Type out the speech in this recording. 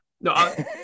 No